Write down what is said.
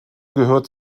gehört